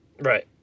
Right